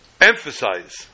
Emphasize